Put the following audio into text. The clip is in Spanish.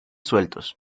sueltos